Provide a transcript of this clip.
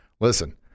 listen